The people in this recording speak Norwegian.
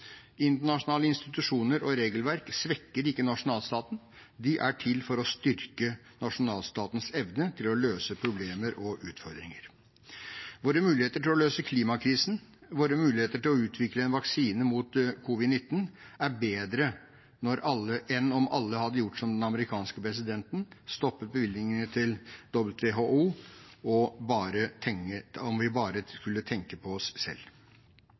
Internasjonale institusjoner og regelverk svekker ikke nasjonalstaten. De er til for å styrke nasjonalstatens evne til å løse problemer og utfordringer. Våre muligheter til å løse klimakrisen og våre muligheter til å utvikle en vaksine mot covid-19 er bedre enn om alle hadde gjort som den amerikanske presidenten, som stoppet bevilgningene til WHO, og om vi bare skulle tenke på oss selv.